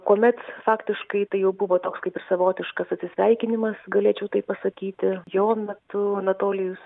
kuomet faktiškai tai jau buvo toks kaip ir savotiškas atsisveikinimas galėčiau taip pasakyti jo metu anatolijus